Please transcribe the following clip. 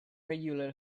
regular